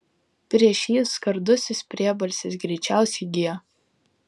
prieš jį skardusis priebalsis greičiausiai g